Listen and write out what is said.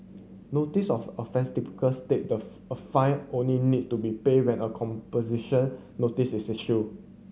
notice of offence typical state that a fine only need to be paid when a composition notice is issue